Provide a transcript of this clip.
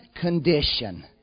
condition